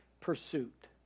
pursuit